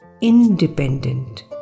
independent